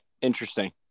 interesting